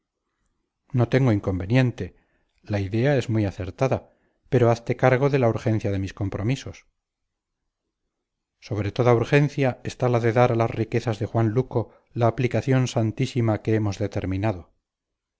no tengo inconveniente la idea es muy acertada pero hazte cargo de la urgencia de mis compromisos sobre toda urgencia está la de dar a las riquezas de juan luco la aplicación santísima que hemos determinado